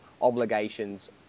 obligations